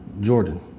Jordan